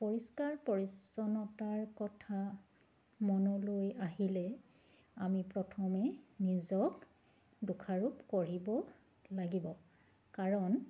পৰিষ্কাৰ পৰিচ্ছন্নতাৰ কথা মনলৈ আহিলে আমি প্ৰথমে নিজক দোষাৰোপ কৰিব লাগিব কাৰণ